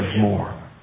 more